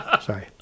Sorry